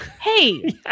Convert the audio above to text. hey